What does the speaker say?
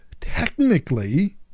technically